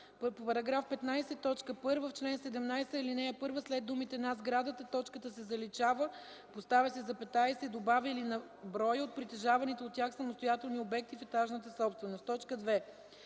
допълнения: 1. В ал. 1 след думите „на сградата” точката се заличава, поставя се запетая и се добавя „или на броя от притежаваните от тях самостоятелни обекти в етажната собственост” . 2.